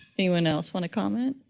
anyone else want to comment?